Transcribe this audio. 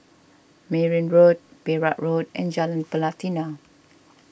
Merryn Road Perak Road and Jalan Pelatina